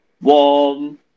warm